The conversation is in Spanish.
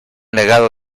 legado